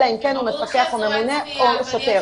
אלא אם כן המפקח הממונה או שוטר --- ברור שאסורה צפייה,